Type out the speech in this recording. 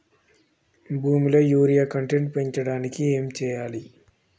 భూమిలో urea content పెంచడానికి ఏం చేయాలి?